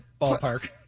ballpark